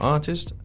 Artist